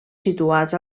situats